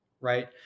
right